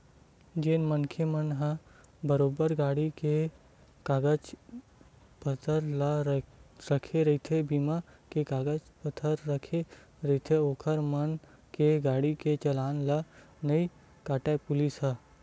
जेन मनखे मन ह बरोबर गाड़ी के कागज पतर ला रखे रहिथे बीमा के कागज पतर रखे रहिथे ओखर मन के गाड़ी के चलान ला नइ काटय पुलिस ह